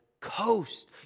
coast